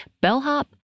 bellhop